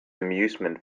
amusement